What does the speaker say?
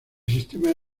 sistema